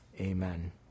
Amen